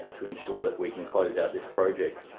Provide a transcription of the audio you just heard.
to ensure that we can close out this project.